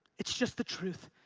it's just the truth.